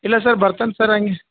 ಇಲ್ಲ ಸರ್ ಬರ್ತಾನ ಸರ್ ಹಾಗೆ